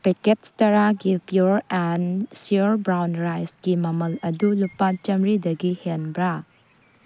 packets ꯇꯔꯥꯒꯤ pure and sure brown ꯔꯥꯏꯁꯀꯤ ꯃꯃꯜ ꯑꯗꯨ ꯂꯨꯄꯥ ꯆꯥꯝꯃꯔꯤꯗꯒꯤ ꯍꯦꯟꯕ꯭ꯔꯥ